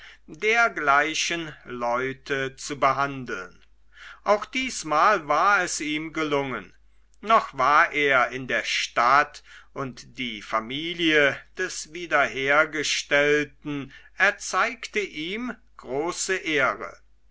dergleichen leute zu behandeln auch diesmal war es ihm gelungen noch war er in der stadt und die familie des wiederhergestellten erzeigte ihm große ehre